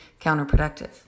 counterproductive